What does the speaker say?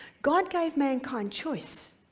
god gave mankind choice